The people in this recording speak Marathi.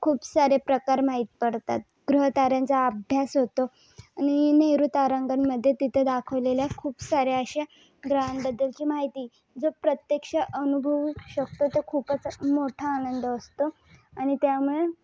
खूप सारे प्रकार माहीत पडतात ग्रहताऱ्यांचा अभ्यास होतो आणि नेहरू तारांगणमध्ये तिथे दाखवलेल्या खूप साऱ्या अशा ग्रहांबद्दलची माहिती जो प्रत्यक्ष अनुभवू शकतो तो खूपच मोठा आनंद असतो आणि त्यामुळे